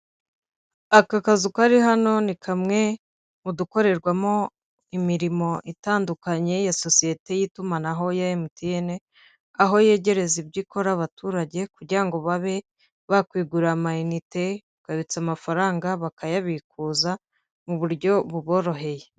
Aka kazu kari hano ni kamwe mu dukorerwamo imirimo itandukanye ya sosiyete y'itumanaho ya MTN, aho yegereza ibyo ikora abaturage kugira ngo babe bakwigurira amayinite, bakabitsa amafaranga bakayabikuza mu buryo buboroheye.